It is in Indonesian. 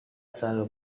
selalu